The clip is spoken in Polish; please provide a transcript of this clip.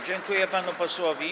Dziękuję panu posłowi.